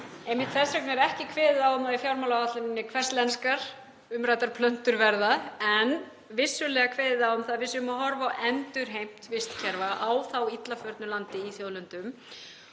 Einmitt þess vegna er ekki kveðið á um það í fjármálaáætluninni hvers lenskar umræddar plöntur verða en vissulega kveðið á um það að við séum að horfa á endurheimt vistkerfa á illa förnu landi í þjóðlendum.